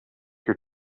your